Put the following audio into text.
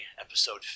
episode